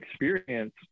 experience